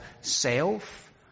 self